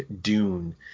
Dune